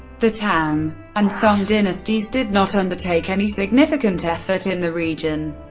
the tang and song dynasties did not undertake any significant effort in the region.